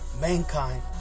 Mankind